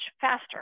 faster